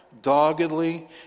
doggedly